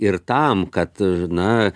ir tam kad na